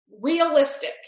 realistic